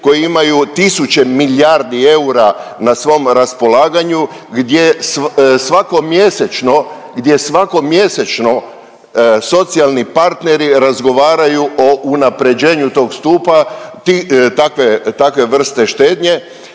koji imaju tisuće milijardi eura na svom raspolaganju, gdje svatko mjesečno socijalni partneri razgovaraju o unapređenju tog stupa, takve vrste štednje